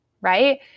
right